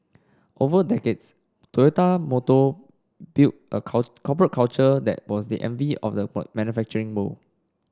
over decades Toyota Motor built a corporate culture that was the envy of the manufacturing world